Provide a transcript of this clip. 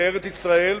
לארץ-ישראל,